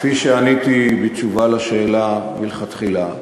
כפי שעניתי בתשובה על השאלה מלכתחילה,